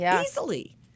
Easily